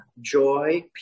joy